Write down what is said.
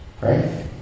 Right